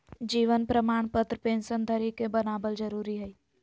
जीवन प्रमाण पत्र पेंशन धरी के बनाबल जरुरी हइ